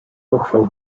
pochwał